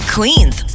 Queen's